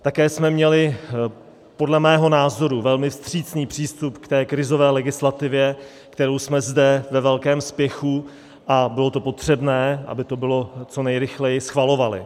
Také jsme měli podle mého názoru velmi vstřícný přístup k té krizové legislativě, kterou jsme zde ve velkém spěchu a bylo to potřebné, aby to bylo co nejrychleji schvalovali.